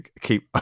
keep